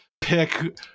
pick